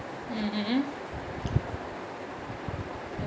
mmhmm